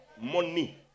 Money